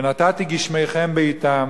ונתתי גשמיכם בעתם,